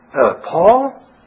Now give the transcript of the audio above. Paul